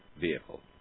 vehicle